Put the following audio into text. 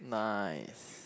nice